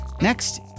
Next